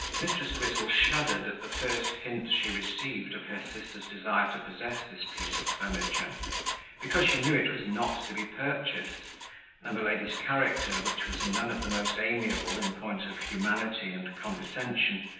mrs. grizzle shuddered at the first hint, she received of her sister's desire to possess this piece of furniture because she knew it was not to be purchased and the lady's character, which was none of the most amiable in point of humanity and condescension,